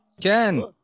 Ken